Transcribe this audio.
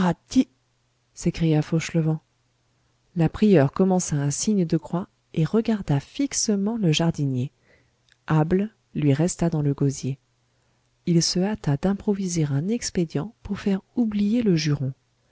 s'écria fauchelevent la prieure commença un signe de croix et regarda fixement le jardinier able lui resta dans le gosier il se hâta d'improviser un expédient pour faire oublier le juron